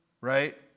right